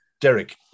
Derek